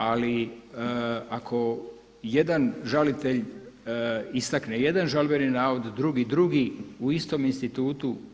Ali ako jedan žalitelj istakne jedan žalbeni navod, drugi drugi u istom institutu.